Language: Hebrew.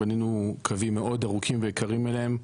בנינו קווים מאוד ארוכים ויקרים אליהם.